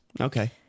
Okay